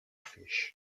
fish